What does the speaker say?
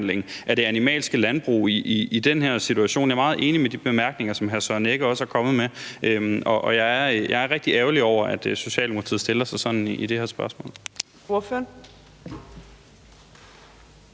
af det animalske landbrug i den her situation. Jeg er meget enig i de bemærkninger, som hr. Søren Egge Rasmussen er kommet med, og jeg er rigtig ærgerlig over, at Socialdemokratiet stiller sig sådan i det her spørgsmål.